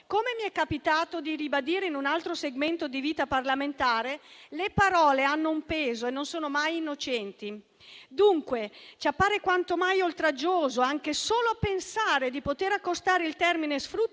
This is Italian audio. Come mi è capitato di ribadire in un altro segmento di vita parlamentare, le parole hanno un peso e non sono mai innocenti. Dunque, ci appare quanto mai oltraggioso anche solo pensare di poter accostare il termine "sfruttamento",